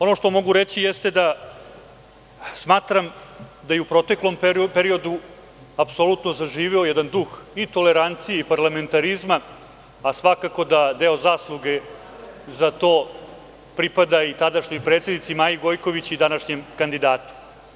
Ono što mogu reći jeste da smatram da je u proteklom periodu apsolutno zaživeo jedan duh i tolerancije i parlamentarizma, a svakako da deo zasluge za do pripada i tadašnjoj predsednici Maji Gojković i današnjem kandidatu.